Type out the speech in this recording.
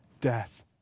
death